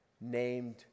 named